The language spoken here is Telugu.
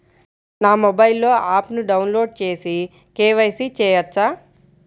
నా మొబైల్లో ఆప్ను డౌన్లోడ్ చేసి కే.వై.సి చేయచ్చా?